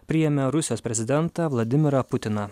priėmė rusijos prezidentą vladimirą putiną